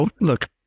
look